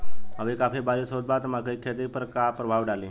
अभी काफी बरिस होत बा मकई के खेत पर का प्रभाव डालि?